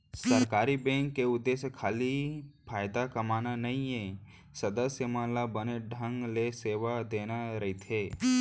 सहकारी बेंक के उद्देश्य खाली फायदा कमाना नइये, सदस्य मन ल बने ढंग ले सेवा देना रइथे